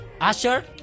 Asher